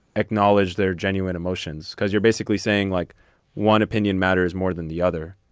acknowledge their genuine emotions because you're basically saying like one opinion matters more than the other.